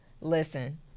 Listen